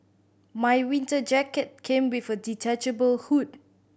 my winter jacket came with a detachable hood